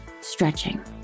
Stretching